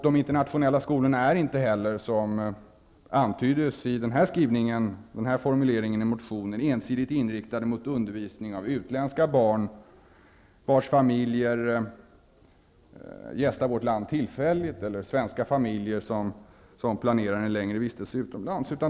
De internationella skolorna är inte heller, som antyds i formuleringen i propositionen, ensidigt inriktade mot undervisning av utländska barn, vars familjer gästar vårt land tillfälligt, eller svenska familjer som planerar en längre vistelse utomlands.